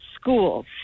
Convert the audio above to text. schools